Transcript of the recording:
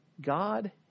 God